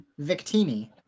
Victini